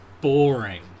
boring